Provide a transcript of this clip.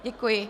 Děkuji.